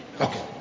Okay